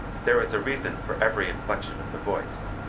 there is a reason for every inflection of the voice.